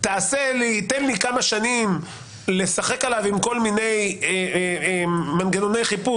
תן לי כמה שנים לשחק עליו עם כל מיני מנגנוני חיפוש,